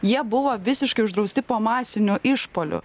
jie buvo visiškai uždrausti po masinių išpuolių